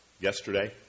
yesterday